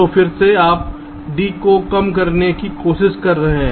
तो फिर से आप D को कम करने की कोशिश कर रहे हैं